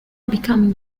becoming